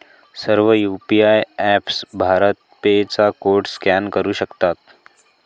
सर्व UPI apps BharatPe चा code scan करू शकतात